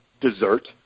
dessert